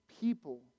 people